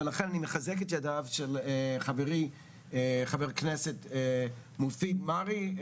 ואני מחזק את ידיו של חברי חבר הכנסת מופיד מרעי.